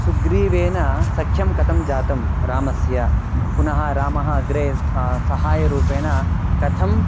सुग्रीवेन सख्यं कतं जातं रामस्य पुनः रामः अग्रे सहाय्यरूपेण कथम्